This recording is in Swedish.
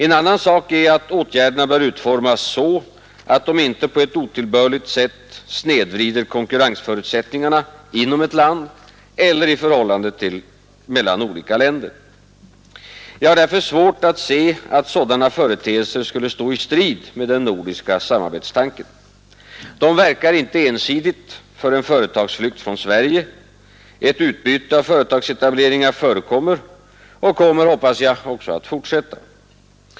En annan sak är att åtgärderna bör utformas så att de inte på ett otillbörligt sätt snedvrider konkurrensförutsättningarna inom ett land eller i förhållandet mellan olika länder. Jag har därför svårt att se att sådana företeelser skulle stå i strid med den nordiska samarbetstanken. De verkar inte ensidigt för en företagsflykt från Sverige. Ett utbyte av företagsetableringar förekommer och kommer —- hoppas jag — också att fortsätta.